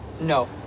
No